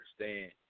understand